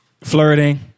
Flirting